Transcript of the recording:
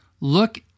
look